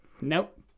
Nope